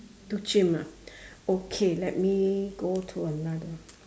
too chim ah okay let me go to another